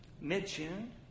mid-June